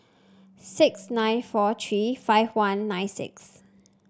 six nine four three five one nine six